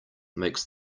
makes